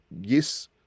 yes –